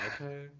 okay